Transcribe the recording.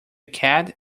cat